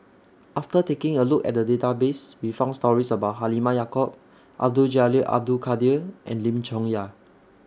after taking A Look At The Database We found stories about Halimah Yacob Abdul Jalil Abdul Kadir and Lim Chong Yah